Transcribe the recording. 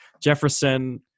Jefferson